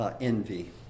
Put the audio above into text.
envy